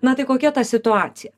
na tai kokia ta situacija